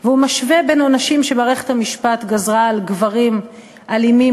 והוא משווה בין עונשים שמערכת המשפט גזרה על גברים אלימים